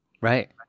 Right